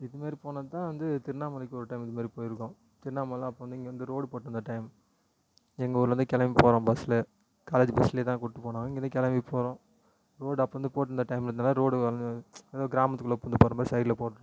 இதுமாரி போனது தான் வந்து திருவண்ணாமலைக்கு ஒரு டைம் இது மாதிரி போயிருக்கோம் திருண்ணாமலை அப்போது வந்து இங்கே வந்து ரோடு போட்டிருந்த டைம் எங்கள் ஊரில் இருந்து கிளம்பி போகிறோம் பஸ்ஸில் காலேஜ் பஸ்ஸிலையே தான் கூட்டி போனோம் இங்கேருந்து கிளம்பி போகிறோம் ரோடு அப்போ வந்து போட்டிருந்த டைமில் இந்த மாதிரி ரோடு வந்து ஏதோ கிராமத்துக்குள்ளே பூகுந்து போகிற மாதிரி சைடில் போட்டு